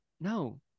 no